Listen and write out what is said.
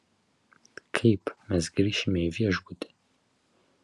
kaip mes grįšime į viešbutį